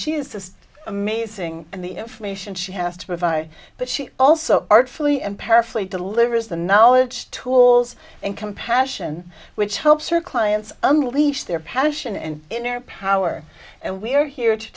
she is just amazing in the information she has to provide but she also artfully ampera flea delivers the knowledge tools and compassion which helps her clients unleash their passion and inner power and we are here to